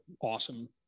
awesome